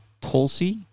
Tulsi